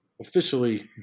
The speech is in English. officially